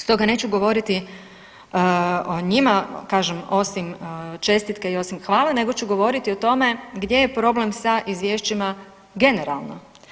Stoga neću govoriti o njima, kažem osim čestitke i osim hvale, nego ću govoriti o tome gdje je problem sa izvješćima generalno.